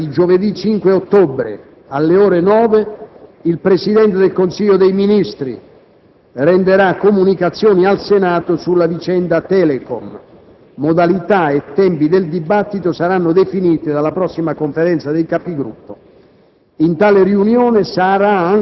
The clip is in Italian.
Nella seduta antimeridiana di giovedì 5 ottobre, alle ore 9, il Presidente del Consiglio dei ministri renderà comunicazioni al Senato sulla vicenda Telecom. Modalità e tempi del dibattito saranno definiti dalla prossima Conferenza dei Capigruppo.